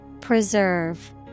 Preserve